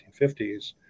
1950s